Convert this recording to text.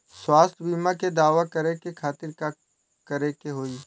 स्वास्थ्य बीमा के दावा करे के खातिर का करे के होई?